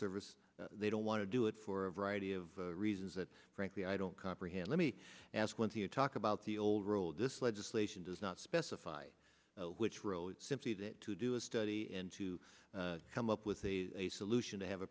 service they don't want to do it for a variety of reasons that frankly i don't comprehend let me ask when you talk about the old rule this legislation does not specify which really simply that to do a study and to come up with a solution to have a